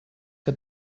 que